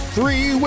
Three